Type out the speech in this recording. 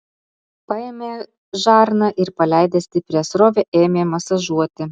paėmė žarną ir paleidęs stiprią srovę ėmė masažuoti